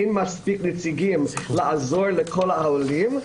אין מספיק נציגים לעזור לכל העולים.